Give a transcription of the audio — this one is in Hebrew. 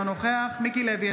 אינו נוכח מיקי לוי,